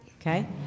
Okay